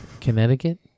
Connecticut